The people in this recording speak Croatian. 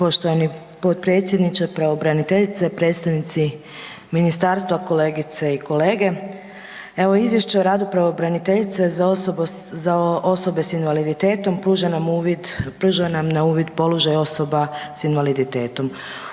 Poštovani potpredsjedniče, pravobraniteljice, predstavnici ministarstva, kolegice i kolege. Evo, izvješće o radu pravobraniteljice za osobe s invaliditetom pruža nam na uvid položaj osoba s invaliditetom.